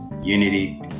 unity